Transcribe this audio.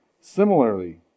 Similarly